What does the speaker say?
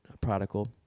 prodigal